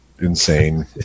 Insane